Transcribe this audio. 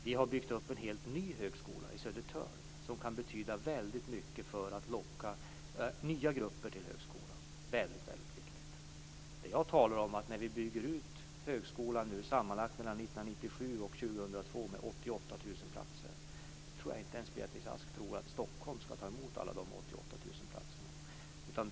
Vi har byggt upp en helt ny högskola i Södertörn som kan betyda väldigt mycket för att locka nya grupper till högskolan. Det är väldigt viktigt. Det jag talar om är att när vi nu bygger ut högskolan 1997-2002 med 88 000 platser, så tror jag inte att ens Beatrice Ask tror att Stockholm skall ta emot alla dessa 88 000 platser.